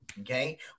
Okay